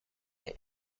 non